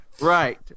right